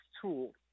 tool